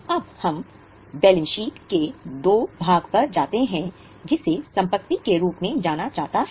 अब हम balance sheet के II भाग पर जाते हैं जिसे संपत्ति के रूप में जाना जाता है